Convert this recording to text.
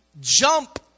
jump